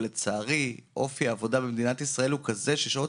ולצערי אופי העבודה במדינת ישראל הוא כזה ששעות